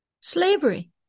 slavery